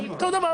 אותו דבר.